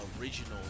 original